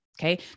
Okay